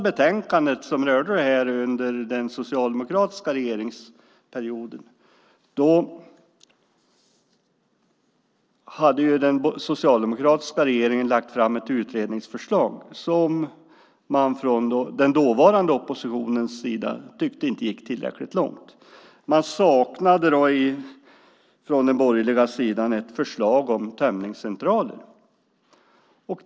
Den socialdemokratiska regeringen hade lagt fram ett utredningsförslag som den dåvarande oppositionen inte tyckte gick tillräckligt långt, vilket framgår av det sista betänkandet under den socialdemokratiska regeringsperioden som rörde denna fråga. Man saknade från den borgerliga sidan ett förslag om tömningscentraler.